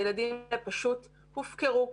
הילדים האלה פשוט הופקרו,